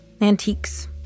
antiques